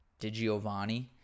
DiGiovanni